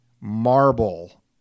Marble